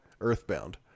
Earthbound